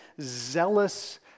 zealous